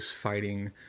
fighting